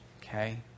okay